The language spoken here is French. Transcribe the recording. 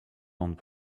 grandes